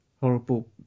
horrible